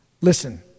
Listen